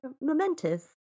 momentous